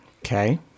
Okay